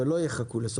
ולא יחכו לסוף שנה.